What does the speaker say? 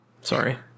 Sorry